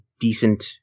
decent